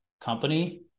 company